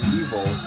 evil